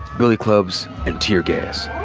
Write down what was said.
billy clubs, and tear gas.